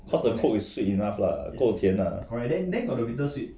cause the coke is sweet enough lah 够甜啊